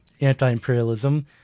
anti-imperialism